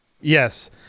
Yes